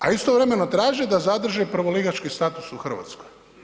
A istovremeno traže da zadrže prvoligaški status u Hrvatskoj.